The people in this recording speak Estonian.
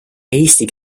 eesti